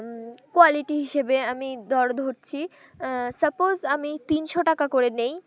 quality হিসেবে আমি দর ধরছি সাপোজ আমি তিনশো টাকা করে নেই